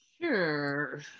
Sure